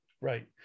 Right